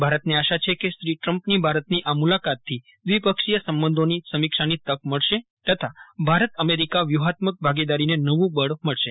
ભારતને આશા છે કે શ્રી ટ્રમ્પની ભારતની આ મુલાકાતથી દ્વિપક્ષીય સંબંધોની સમીક્ષાની તક મળશે તથા ભારત અમેરિકા વ્યુહાત્મક ભાગીદારીને નવું બળ મળશે